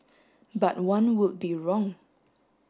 but one would be wrong